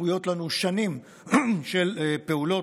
צפויות לנו שנים של פעולות,